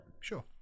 Sure